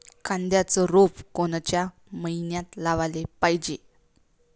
कांद्याचं रोप कोनच्या मइन्यात लावाले पायजे?